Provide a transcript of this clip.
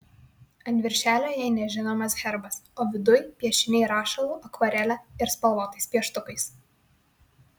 ant viršelio jai nežinomas herbas o viduj piešiniai rašalu akvarele ir spalvotais pieštukais